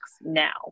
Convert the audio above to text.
now